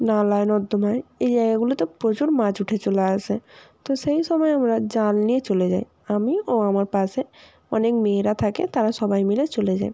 নালায় নর্দমায় এই জায়গাগুলোতে প্রচুর মাছ উঠে চলে আসে তো সেই সময় আমরা জাল নিয়ে চলে যাই আমি ও আমার পাশে অনেক মেয়েরা থাকে তারা সবাই মিলে চলে যায়